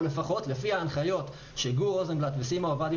או לפחות לפי ההנחיות שגור רוזנבלט וסימה עובדיה